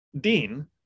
Dean